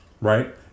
Right